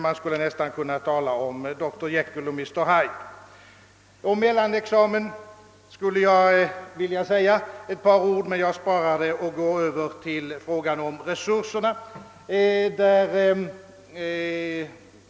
Man skulle nästan kunna tala om Doktor Jekyll och Mister Hyde. Om mellanexamen skulle jag ha velat säga några ord, men jag sparar det och går över till frågan om resurserna.